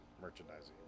Merchandising